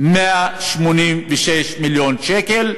186 מיליון שקל,